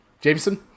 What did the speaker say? Jameson